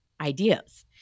ideas